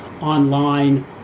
online